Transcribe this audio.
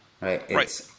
right